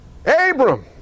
Abram